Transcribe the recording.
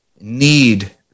need